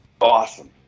Awesome